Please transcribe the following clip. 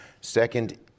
Second